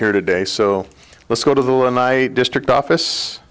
here today so let's go to the one i district office